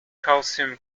calcium